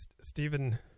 Stephen